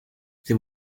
they